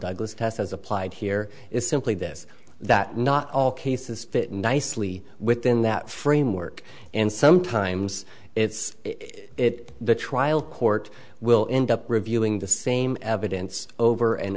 douglas test as applied here is simply this that not all cases fit nicely within that framework and sometimes it's it the trial court will end up reviewing the same evidence over and